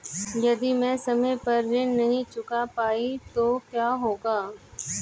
यदि मैं समय पर ऋण नहीं चुका पाई तो क्या होगा?